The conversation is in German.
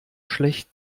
schlecht